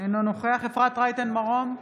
אינו נוכח אפרת רייטן מרום,